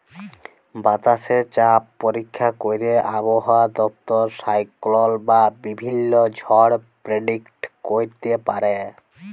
বাতাসে চাপ পরীক্ষা ক্যইরে আবহাওয়া দপ্তর সাইক্লল বা বিভিল্ল্য ঝড় পের্ডিক্ট ক্যইরতে পারে